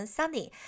Sunny